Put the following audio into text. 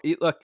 look